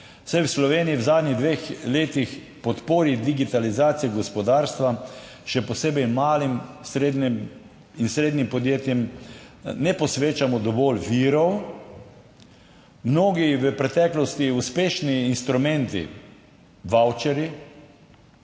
saj v Sloveniji v zadnjih dveh letih podpori digitalizacije gospodarstva, še posebej malim, srednjim in srednjim podjetjem ne posvečamo dovolj virov. Mnogi v preteklosti uspešni instrumenti, vavčerji